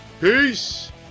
Peace